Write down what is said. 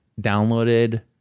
downloaded